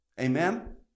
Amen